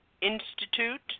Institute